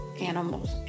animals